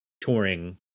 touring